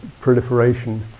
proliferation